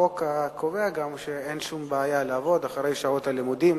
החוק קובע גם שאין שום בעיה לעבוד אחרי שעות הלימודים,